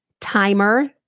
timer